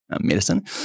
medicine